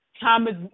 Thomas